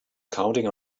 counting